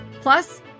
Plus